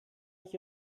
ich